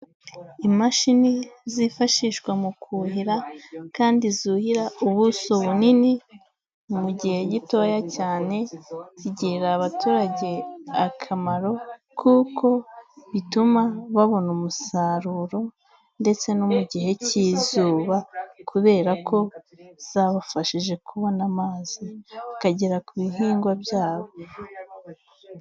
Imashini zifashishwa mu kuhira kandi zuhira ubuso bunini mu gihe gitoya cyane, zigirira abaturage akamaro kuko bituma babona umusaruro ndetse no mu gihe cy'izuba, kubera ko zabafashije kubona amazi akagera ku bihingwa byabo.